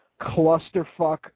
clusterfuck